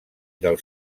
del